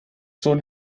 schon